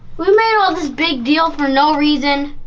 we made all this big deal for no reason.